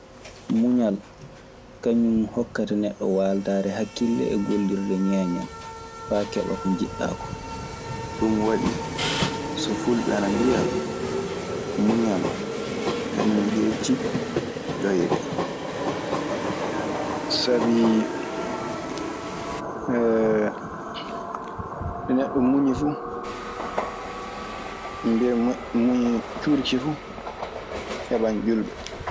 Muñal, kañun hokkata neɗɗo waaltaare hakkille e gollirde ñeeñal faa keɓaa ko njiɗɗaa koo. Ɗum waɗi so fulɓe ana mbiya muñal kañun heeci ƴoyre. Sabii nde neɗɗo muñi fu… Ɓe mbiya muñi cuurki fub, heɓan ƴulɓe.